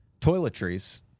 toiletries